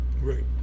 right